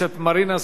רבותי,